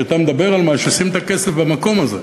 כשאתה מדבר על משהו, שים את הכסף במקום הזה.